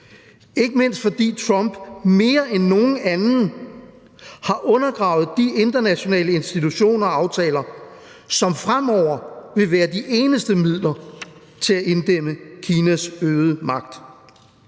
ikke mindst fordi Trump mere end nogen anden har undergravet de internationale institutioner og aftaler, som fremover vil være de eneste midler til at inddæmme Kinas øgede magt.